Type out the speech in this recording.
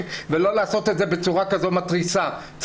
ולא לעשות את זה בצורה מתריסה כזאת,